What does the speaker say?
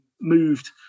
moved